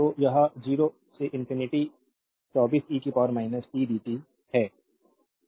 तो यह 0 से इंफिनिटी 24 e tdt है